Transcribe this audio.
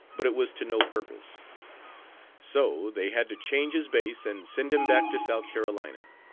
but it was to no purpose so they had to change his base and send him back to south carolina.